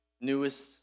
newest